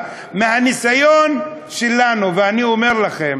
מהניסיון שלנו, ואני אומר לכם,